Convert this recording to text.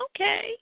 Okay